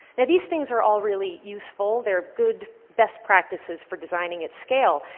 now, these things are all really useful. they're good best practices for designing at scale.